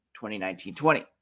2019-20